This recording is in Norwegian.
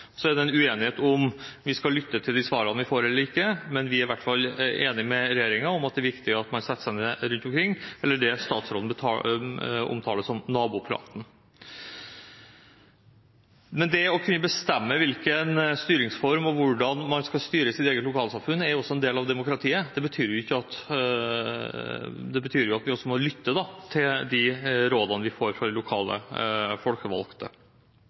er en uenighet om om man skal lytte til de svarene man får, eller ikke, men vi er i hvert fall enig med regjeringen i at det er viktig at man setter seg ned rundt omkring og tar det som statsråden omtaler som nabopraten. Men det å kunne bestemme styringsformen og hvordan man skal styre sitt eget lokalsamfunn er også en del av demokratiet. Det betyr at vi også må lytte til de rådene vi får fra de lokale folkevalgte.